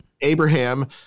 Abraham